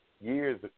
years